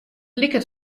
liket